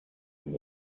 and